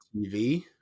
TV